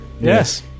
Yes